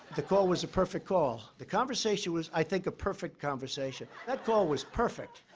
the call was a perfect call. the conversation was, i think, a perfect conversation. that call was perfect.